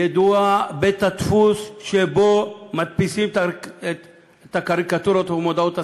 ידוע בית-הדפוס שבו מדפיסים את הקריקטורות ואת מודעות השטנה,